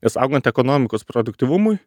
nes augant ekonomikos produktyvumui